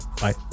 bye